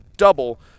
double